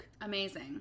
Amazing